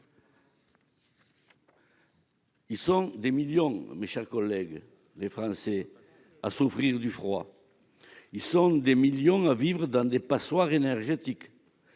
ils sont des millions de Français à souffrir du froid. Ils sont des millions à vivre dans des passoires énergétiques.